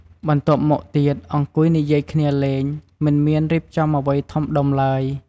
បន្ទាប់មកទៀតអង្គុយនិយាយគ្នាលេង មិនមានរៀបចំអ្វីធំដុំឡើយ។